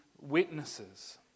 witnesses